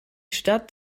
stadt